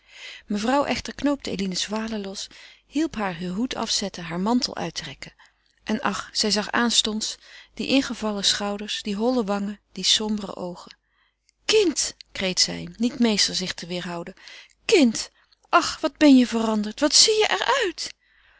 mevrouw echter knoopte eline's voile los hielp haar heur hoed afzetten haar mantel uittrekken en ach zij zag aanstonds die ingevallen schouders die holle wangen die sombere oogen kind kreet zij niet meester zich te weêrhouden kind ach wat ben je veranderd wat zie je er